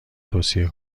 توصیه